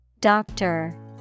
Doctor